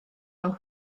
his